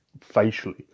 facially